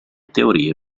teorie